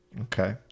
Okay